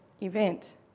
event